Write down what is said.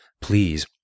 Please